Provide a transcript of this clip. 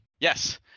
yes